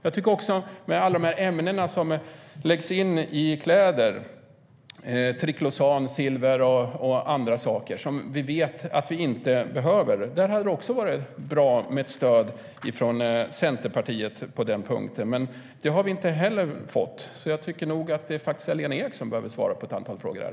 I fråga om alla de ämnen som finns i kläder - triklosan, silver och annat - som vi vet inte behövs hade det varit bra med ett stöd från Centerpartiet. Men det har vi inte heller fått, så jag tycker nog att det är Lena Ek som behöver svara på ett antal frågor.